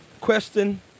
Question